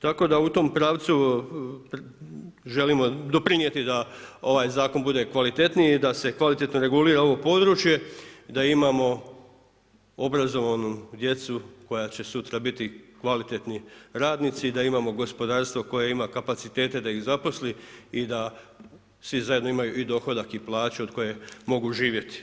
Tako da u tom pravcu želimo doprinijeti da ovaj zakon bude kvalitetniji, da se kvalitetno regulira ovo područje, da imamo obrazovanu djecu koja će sutra biti kvalitetnu radnici i da imamo gospodarstvo koje ima kapacitete da ih zaposli i da svi zajedno i dohodak i plaću od koje mogu živjeti.